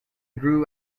grew